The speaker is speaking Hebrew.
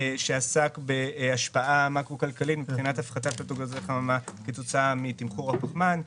שעסק בהשפעה מקרו-כלכלית מבחינת הפחתת פליטת גזי כתוצאה מתמחור הפחמן,